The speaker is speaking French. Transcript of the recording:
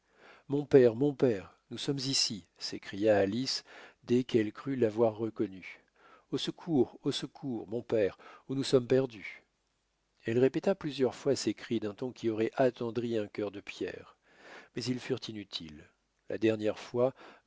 mon père mon père nous sommes ici s'écria alice dès qu'elle crut l'avoir reconnu au secours au secours mon père ou nous sommes perdues elle répéta plusieurs fois ces cris d'un ton qui aurait attendri un cœur de pierre mais ils furent inutiles la dernière fois